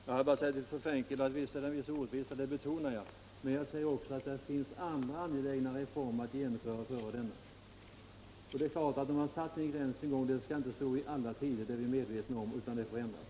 Fru talman! Visst innebär detta en viss orättvisa — det betonade jag. Men jag säger också att det finns reformer som är angelägnare än denna. Har man satt en gräns en gång så skall den inte därför stå fast i alla tider — det är klart. Vi är medvetna om att den får ändras.